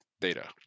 data